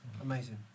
amazing